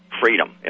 freedom